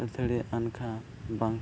ᱟᱹᱛᱷᱟᱹᱲᱤ ᱟᱱᱠᱷᱟ ᱵᱟᱝᱠᱚ